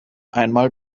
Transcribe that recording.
einmal